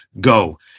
go